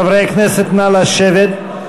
חברי הכנסת, נא לשבת.